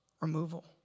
removal